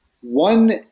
One